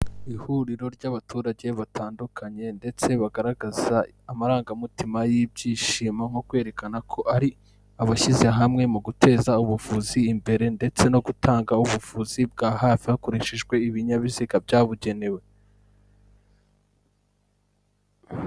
Ihuriro ry'abaturage batandukanye ndetse bagaragaza amarangamutima y'ibyishimo nko kwerekana ko ari abashyize hamwe mu guteza ubuvuzi imbere ndetse no gutanga ubuvuzi bwa hafi hakoreshejwe ibinyabiziga byabugenewe.